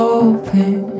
Hoping